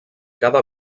cada